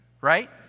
Right